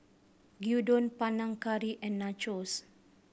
Gyudon Panang Curry and Nachos